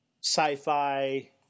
sci-fi